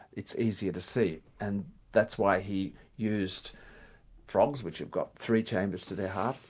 it's easier to see, and that's why he used frogs, which have got three chambers to their heart,